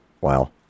wow